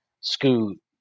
Scoot